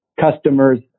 customers